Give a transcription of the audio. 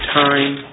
time